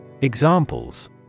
Examples